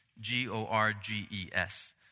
G-O-R-G-E-S